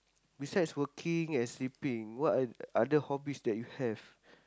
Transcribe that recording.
besides working and sleeping what are other hobbies that you have